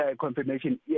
confirmation